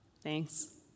Thanks